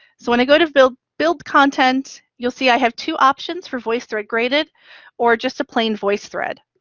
so when i go to build, build content, you'll see i have two options for voicethread graded or just a plain voicethread.